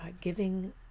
giving